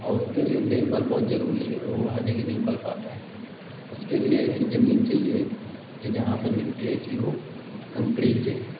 और उसके लिए देखभाल बहुत ज़रूरी है रोहू हर जगह नहीं पल पाती है उसके लिए ऐसी ज़मीन चहिए कि जहाँ पर मिट्टी ऐसी हो कंकड़ी जैसी